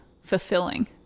fulfilling